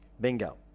Bingo